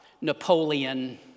Napoleon